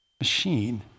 machine